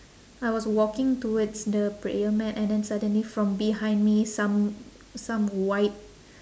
I was walking towards the prayer mat and then suddenly from behind me some some white